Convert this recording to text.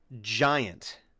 Giant